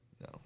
no